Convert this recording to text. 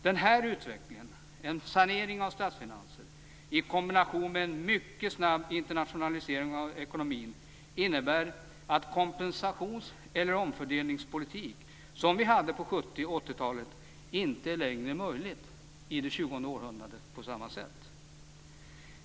Det här utvecklingen, en sanering av statsfinanser i kombination med en mycket snabb internationalisering av ekonomin, innebär att den kompensations eller omfördelningspolitik som vi hade på 70 och 80-talen inte längre är möjlig i det tjugonde århundradet på samma sätt.